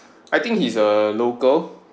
I think he's a local